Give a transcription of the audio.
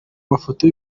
mafoto